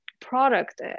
product